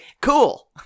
cool